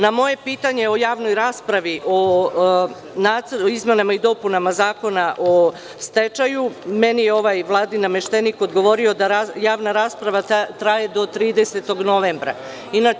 Na moje pitanje o javnoj raspravi o izmenama i dopunama Zakona o stečaju, meni je ovaj vladin nameštenik odgovorio da javna rasprava traje do 30. novembra.